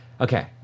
okay